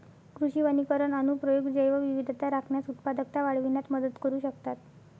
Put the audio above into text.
कृषी वनीकरण अनुप्रयोग जैवविविधता राखण्यास, उत्पादकता वाढविण्यात मदत करू शकतात